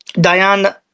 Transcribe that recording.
Diane